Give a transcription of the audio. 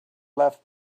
left